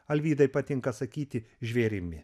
alvydai patinka sakyti žvėrimi